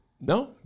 No